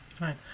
Right